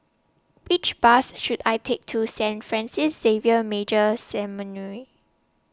Which Bus should I Take to Saint Francis Xavier Major Seminary